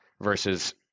versus